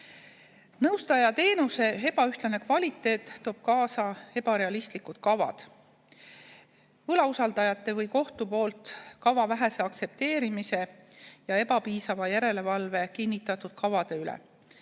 Nõustajateenuse ebaühtlane kvaliteet toob kaasa ebarealistlikud kavad, võlausaldajate või kohtu poolt kava vähese aktsepteerimise ja ebapiisava järelevalve kinnitatud kavade